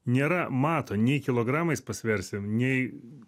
nėra mato nei kilogramais pasversim nei